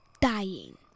dying